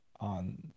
on